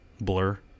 blur